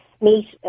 meet